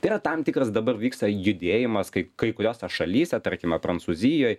tai yra tam tikras dabar vyksta judėjimas kai kai kuriose šalyse tarkime prancūzijoj